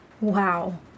Wow